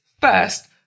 first